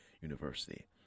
University